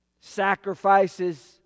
sacrifices